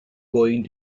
going